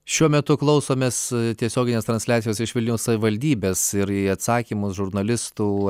šiuo metu klausomės tiesioginės transliacijos iš vilniaus savivaldybės ir į atsakymus žurnalistų